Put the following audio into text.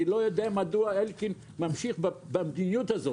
אני לא יודע מדוע אלקין ממשיך במדיניות הזאת.